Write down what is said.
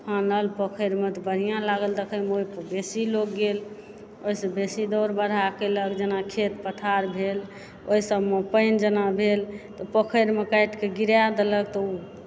हेलनाइ पोखरिमे तऽ बढ़िआँ लागल दखैमे बेसी लोग गेल ओहिसँ बेसी दौड़ बरहा केलक जेना खेत पथार भेल ओहि सभमे पानि जेना भेल तऽ पोखरिमे काटि कऽ गिराए देलक तऽ